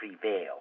prevail